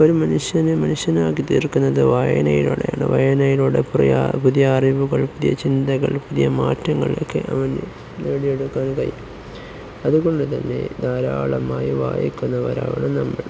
ഇപ്പോള് ഒരു മനുഷ്യനെ മനുഷ്യനാക്കി തീർക്കുന്നത് വായനയിലൂടെയാണ് വായനയിലൂടെ പുതിയ അറിവുകൾ പുതിയ ചിന്തകൾ പുതിയ മാറ്റങ്ങളൊക്കെ അവനു നേടിയെടുക്കാൻ കഴിയും അതുകൊണ്ടു തന്നെ ധാരാളമായി വായിക്കുന്നവരാണ് നമ്മൾ